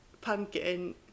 pumpkin